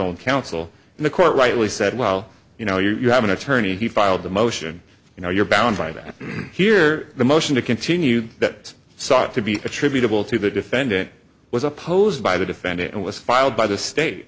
own counsel and the court rightly said well you know you have an attorney he filed the motion you know you're bound by that here the motion to continue that sought to be attributable to the defendant was opposed by the defendant and was filed by the state